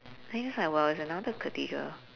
then you'll just like !wah! it's another cathedral